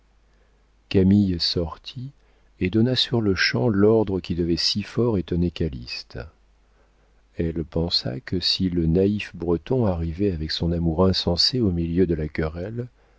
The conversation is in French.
camille sortit et donna sur-le-champ l'ordre qui devait si fort étonner calyste elle pensa que si le naïf breton arrivait avec son amour insensé au milieu de la querelle